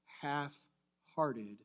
half-hearted